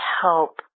help